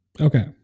Okay